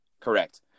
Correct